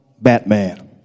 Batman